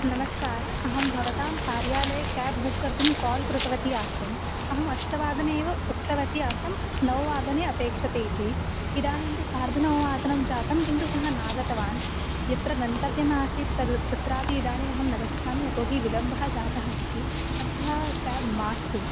नमस्कारः अहं भवतां कार्यालये क्याब् बुक् कर्तुं काल् कृतवती आसम् अहम् अष्टवादने एव उक्तवती आसं नववादने अपेक्ष्यते इति इदानीन्तु सार्धनववादनं जातं किन्तु सः नागतवान् यत्र गन्तव्यम् आसीत् तद् तत्रापि इदानीम् अहं न गच्छामि यतो हि विलम्बः जातः अस्ति अतः क्याब् मास्तु